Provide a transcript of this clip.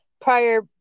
prior